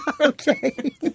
Okay